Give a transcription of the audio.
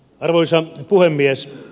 arvoisa puhemies